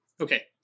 Okay